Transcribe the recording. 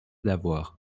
d’avoir